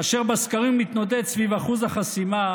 כאשר בסקרים הוא מתנדנד סביב אחוז החסימה,